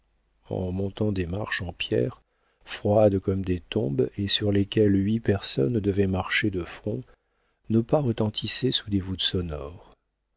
en montant des marches de pierre froides comme des tombes et sur lesquelles huit personnes devaient marcher de front nos pas retentissaient sous des voûtes sonores